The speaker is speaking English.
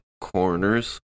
corners